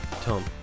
Tom